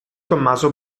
tommaso